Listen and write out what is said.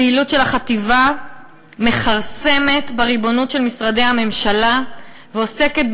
הפעילות של החטיבה מכרסמת בריבונות של משרדי הממשלה ועוסקת,